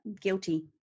guilty